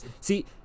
see